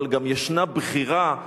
אבל גם ישנה בחירה,